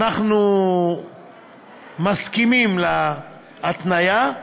אנחנו מסכימים להתניה,